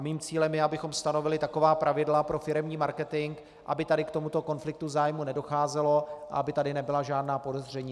Mým cílem je, abychom stanovili taková pravidla pro firemní marketing, aby k tomuto konfliktu zájmů nedocházelo a aby tady nebyla žádná podezření.